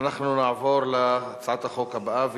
אנחנו נעבור להצעת החוק הבאה,